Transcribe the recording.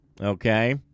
okay